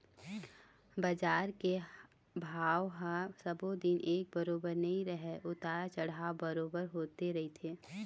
बजार के भाव ह सब्बो दिन एक बरोबर नइ रहय उतार चढ़ाव बरोबर होते रहिथे